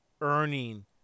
earning